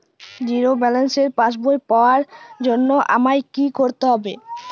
Zero ব্যালেন্সের পাসবই পাওয়ার জন্য আমায় কী করতে হবে?